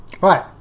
Right